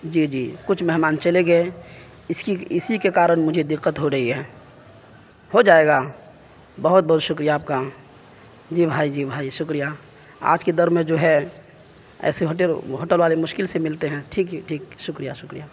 جی جی کچھ مہمان چلے گئے اس کی اسی کے کارن مجھے دِقّت ہو رہی ہے ہو جائے گا بہت بہت شکریہ آپ کا جی بھائی جی بھائی شکریہ آج کے دور میں جو ہے ایسے ہوٹل ہوٹل والے مشکل سے ملتے ہیں ٹھیک ہے ٹھیک شکریہ شکریہ